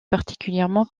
particulièrement